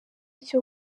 cyo